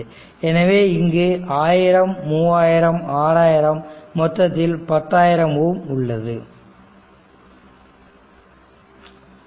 எனவே இங்கு 1000 3000 6000 மொத்தத்தில் 10000 ஓம் ஆகும்